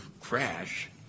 crash